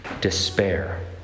despair